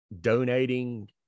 donating